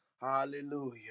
Hallelujah